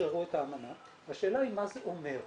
אישררו את האמנה, והשאלה מה זה אומר.